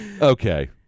Okay